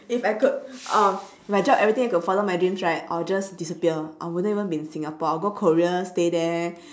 if I could uh if I drop everything and could follow my dreams right I will just disappear I wouldn't even be in singapore I'll go korea stay there